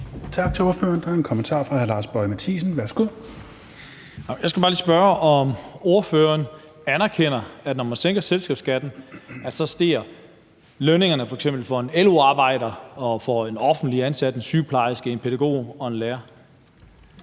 Mathiesen. Værsgo. Kl. 14:38 Lars Boje Mathiesen (NB): Jeg skal bare lige spørge, om ordføreren anerkender, at når man sænker selskabsskatten, stiger lønningerne for f.eks. en LO-arbejder og for en offentligt ansat, en sygeplejerske, en pædagog og for en lærer.